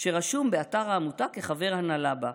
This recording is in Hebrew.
שרשום באתר העמותה כחבר הנהלה בה.